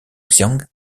xian